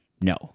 no